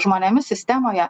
žmonėmis sistemoje